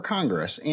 Congress